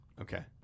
Okay